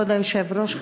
כבוד היושב-ראש,